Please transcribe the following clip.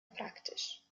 praktisch